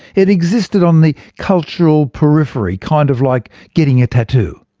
it existed on the cultural periphery, kind of like getting a tattoo.